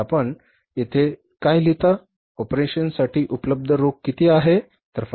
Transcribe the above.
तर आपण येथे काय लिहिता ऑपरेशन्ससाठी उपलब्ध रोख किती आहे